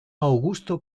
augusto